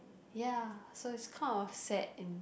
ya so is kind of sad and